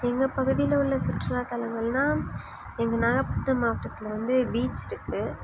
எங்கள் பகுதியில் உள்ள சுற்றுலா தளங்கள்னா எங்கள் நாகப்பட்டினம் மாவட்டத்தில் வந்து பீச் இருக்குது